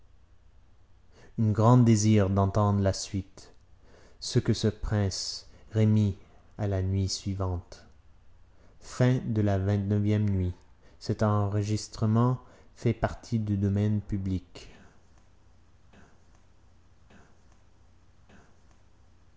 un grand désir d'entendre la suite ce que ce prince remit à la nuit suivante xxx nuit